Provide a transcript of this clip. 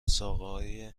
ساقههای